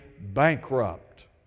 bankrupt